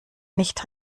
nicht